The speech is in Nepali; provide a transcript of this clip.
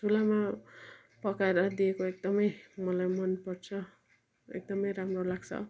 चुल्हामा पकाएर दिएको एकदमै मलाई मन पर्छ एकदमै राम्रो लाग्छ